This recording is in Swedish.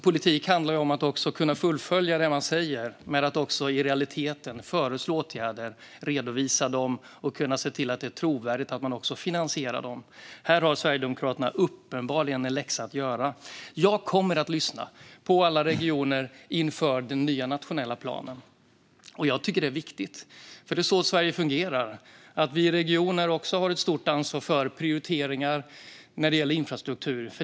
Politik handlar också om att kunna fullfölja det man säger, det vill säga att i realiteten föreslå åtgärder, redovisa dem och se till att det är trovärdigt att det går att finansiera dem. Här har Sverigedemokraterna uppenbarligen en läxa att göra. Jag kommer att lyssna på alla regioner inför den nya nationella planen. Det är viktigt eftersom det är så Sverige fungerar. Vi har i regionerna ett stort ansvar för prioriteringar i infrastruktur.